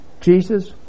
Jesus